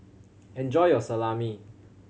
enjoy your Salami